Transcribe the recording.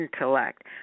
intellect